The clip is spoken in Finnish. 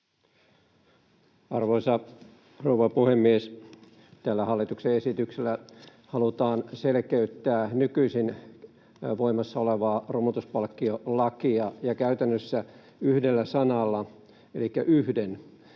Arvoisa rouva puhemies! Tällä hallituksen esityksellä halutaan selkeyttää nykyisin voimassa olevaa romutuspalkkiolakia, ja käytännössä yhdellä sanalla, elikkä yhdellä sanalla,